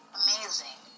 amazing